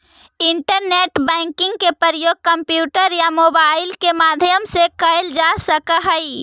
internet banking के प्रयोग computer या मोबाइल के माध्यम से कैल जा सकऽ हइ